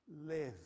Live